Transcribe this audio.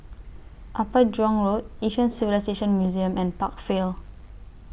Upper Jurong Road Asian Civilisations Museum and Park Vale